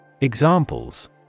Examples